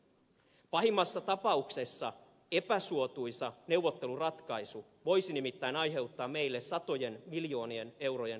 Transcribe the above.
pahimmassa tapauksessa epäsuotuisa neuvotteluratkaisu voisi nimittäin aiheuttaa meille satojen miljoonien eurojen lisälaskun vuodessa